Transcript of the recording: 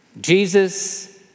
Jesus